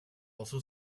also